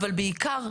אבל בעיקר,